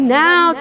now